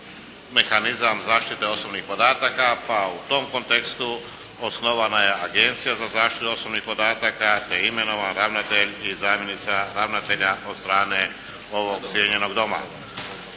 mehanizam zaštite osobnih podataka pa u tom kontekstu osnovana je Agencija za zaštitu osobnih podataka te je imenovan ravnatelj i zamjenica ravnatelja od strane ovog cijenjenog Doma.